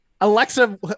Alexa